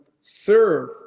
serve